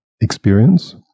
experience